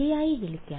ശരിയായി വിളിക്കാൻ